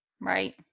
Right